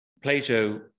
Plato